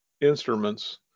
instruments